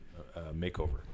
makeover